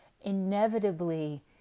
Inevitably